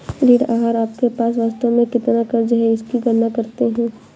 ऋण आहार आपके पास वास्तव में कितना क़र्ज़ है इसकी गणना करते है